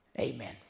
Amen